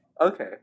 Okay